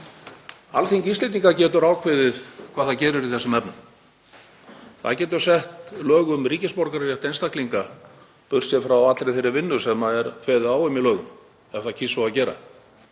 Alþingi Íslendinga getur ákveðið hvað það gerir í þessum efnum. Það getur sett lög um ríkisborgararétt einstaklinga, burt séð frá allri þeirri vinnu sem er kveðið á um í lögum, ef það kýs svo að gera,